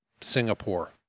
singapore